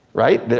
right? they